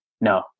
no